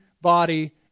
body